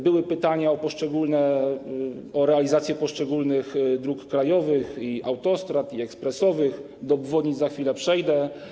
Były pytania o realizację poszczególnych dróg krajowych - i autostrad, i ekspresowych, do obwodnic za chwilę przejdę.